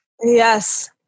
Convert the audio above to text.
Yes